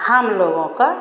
हमलोगों का